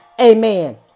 amen